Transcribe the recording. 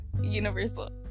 universal